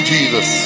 Jesus